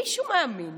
מישהו מאמין